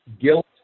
guilt